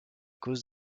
cause